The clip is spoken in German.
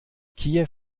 kiew